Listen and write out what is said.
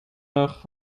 nach